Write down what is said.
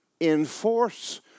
enforce